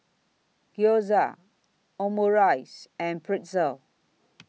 Gyoza Omurice and Pretzel